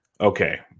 okay